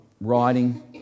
writing